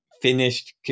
finished